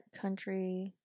country